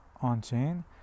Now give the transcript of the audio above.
on-chain